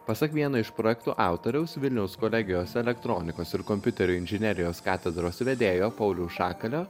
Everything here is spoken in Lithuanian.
pasak vieno iš projektų autoriaus vilniaus kolegijos elektronikos ir kompiuterių inžinerijos katedros vedėjo pauliaus šakalio